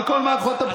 תזכיר גם אותי.